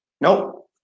Nope